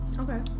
Okay